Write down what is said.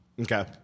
Okay